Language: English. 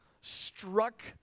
struck